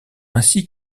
ainsi